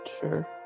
Sure